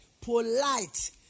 polite